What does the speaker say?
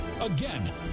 Again